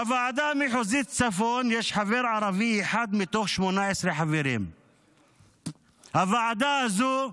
בוועדה המחוזית צפון יש חבר ערבי אחד מתוך 18. בוועדה הזו,